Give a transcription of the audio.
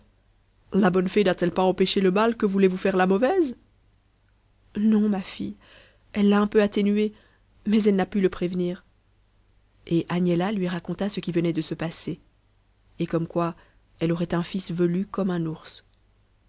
la bonne fée n'a-t-elle pas empêché le mal que voulait vous faire la mauvaise non ma fille elle l'a un peu atténué mais elle n'a pu le prévenir et agnella lui raconta ce qui venait de se passer et comme quoi elle aurait un fils velu comme un ours